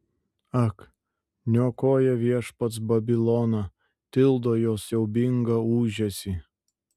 ak niokoja viešpats babiloną tildo jo siaubingą ūžesį